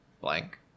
blank